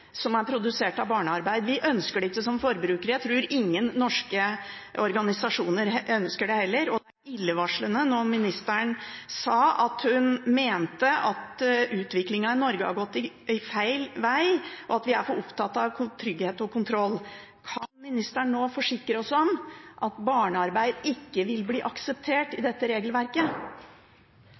som er produsert ved barnearbeid. Vi ønsker det ikke som forbrukere, jeg tror ingen norske organisasjoner ønsker det heller, og det er illevarslende når ministeren sa at hun mente at utviklingen i Norge har gått feil veg, og at vi er for opptatt av trygghet og kontroll. Kan ministeren nå forsikre oss om at barnearbeid ikke vil bli akseptert i